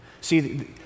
See